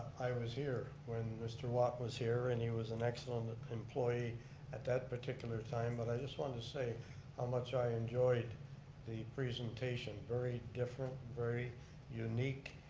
i was here when mr. watt was here and he was an excellent employee at that particular time. but i just wanted to say how much i enjoyed the presentation. very different, very unique,